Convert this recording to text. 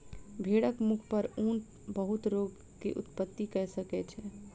भेड़क मुख पर ऊन बहुत रोग के उत्पत्ति कय सकै छै